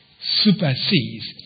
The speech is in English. supersedes